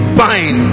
bind